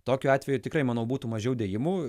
tokiu atveju tikrai manau būtų mažiau dėjimų